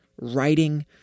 writing